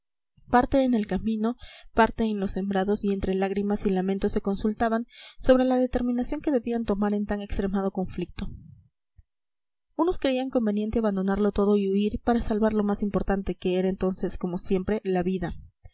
parte en el camino parte en los sembrados y entre lágrimas y lamentos se consultaban sobre la determinación que debían tomar en tan extremado conflicto unos creían conveniente abandonarlo todo y huir para salvar lo más importante que era entonces como siempre la vida